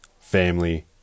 family